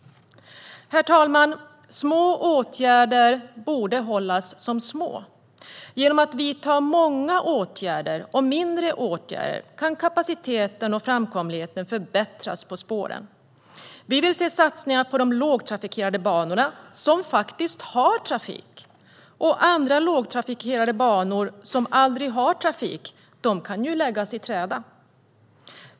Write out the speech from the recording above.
Herr talman! Små åtgärder borde hållas små. Genom att vidta många mindre åtgärder kan kapaciteten och framkomligheten förbättras på spåren. Vi vill se satsningar på de lågtrafikerade banor som faktiskt har trafik. Andra lågtrafikerade banor som aldrig har trafik kan läggas i träda.